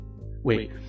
Wait